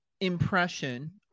impression